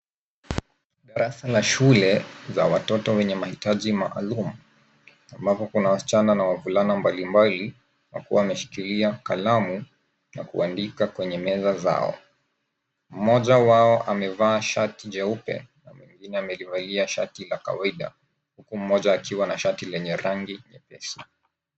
Darasa la shule za watoto wenye mahitaji maalum ambapo kuna wasichana na wavulana mbalimbali wakiwa wameshikilia kalamu na kuandika kwenye meza zao. Mmoja wao amevaa shati jeupe na mwingine amelivalia shati la kawaida huku mmoja akiwa na shati lenye rangi nyepesi.